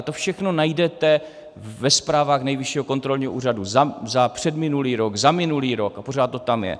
To všechno najdete ve zprávách Nejvyššího kontrolního úřadu za předminulý rok, za minulý rok a pořád to tam je.